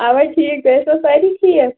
اَوا ٹھیٖک تُہۍ ٲسۍوا سٲری ٹھیٖک